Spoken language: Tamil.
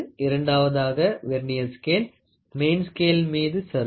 இரண்டாவதாக வெர்னியர் ஸ்கேல் மெயின் ஸ்கேள் மீது சறுக்கும்